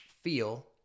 feel